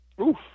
Oof